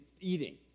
eating